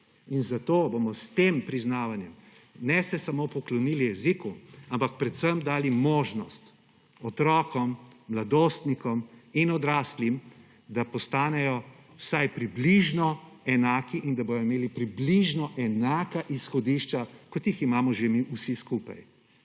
Zato bomo s tem priznavanjem ne se samo poklonili jeziku, ampak predvsem dali možnost otrokom, mladostnikom in odraslim, da postanejo vsaj približno enaki in da bodo imeli približno enaka izhodišča, kot jih imamo že mi vsi skupaj.